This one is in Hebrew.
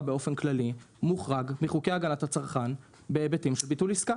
באופן כללי מוחרג מחוגי הגנת הצרכן בהיבטים של ביטול עסקה